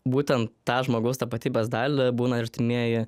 būtent tą žmogaus tapatybės dalį būna artimieji